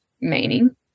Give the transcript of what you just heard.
meaning